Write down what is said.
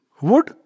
wood